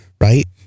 right